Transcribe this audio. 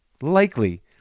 likely